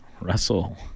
Russell